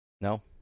No